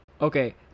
Okay